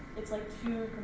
it's like two